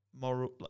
moral